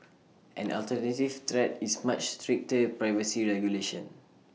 an alternative threat is much stricter privacy regulation